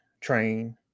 train